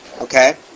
Okay